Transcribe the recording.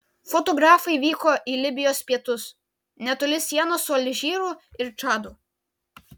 fotografai vyko į libijos pietus netoli sienos su alžyru ir čadu